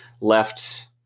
left